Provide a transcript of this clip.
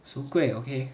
soon kueh okay